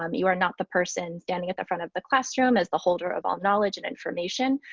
um you are not the person standing at the front of the classroom as the holder of all knowledge and information.